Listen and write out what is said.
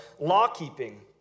Law-keeping